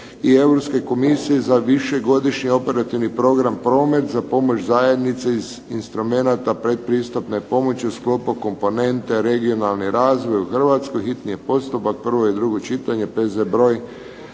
i Europske komisije za višegodišnji Operativni program "Promet" za pomoć zajednice iz instrumenata pretpristupne pomoći u sklopu komponente "Regionalni razvoj" u Hrvatskoj, hitni postupak, prvo i drugo čitanje, P.Z. broj